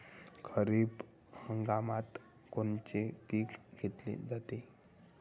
खरिप हंगामात कोनचे पिकं घेतले जाते?